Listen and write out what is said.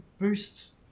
boost